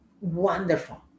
wonderful